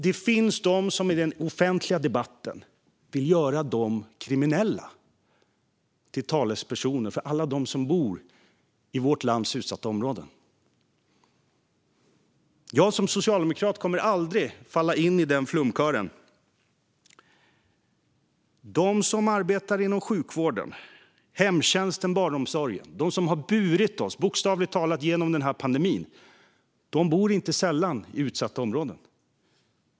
Det finns de som i den offentliga debatten vill göra de kriminella till talespersoner för alla dem som bor i vårt lands utsatta områden. Jag som socialdemokrat kommer aldrig att falla in i den flumkören. De som arbetar inom sjukvården, hemtjänsten och barnomsorgen är de som, bokstavligt talat, har burit oss genom pandemin. De bor inte sällan i utsatta områden.